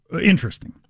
interesting